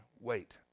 wait